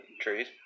trees